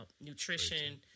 nutrition